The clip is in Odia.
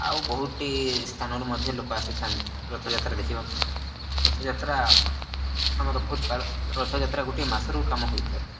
ଆଉ ବହୁତ ସ୍ଥାନରୁ ମଧ୍ୟ ଲୋକ ଆସିଥାନ୍ତି ରଥଯାତ୍ରା ଦେଖିବା ପାଇଁ ରଥଯାତ୍ରା ଆମର ବହୁତ ରଥଯାତ୍ରା ଗୋଟିଏ ମାସରୁ କାମ ହୋଇଥାଏ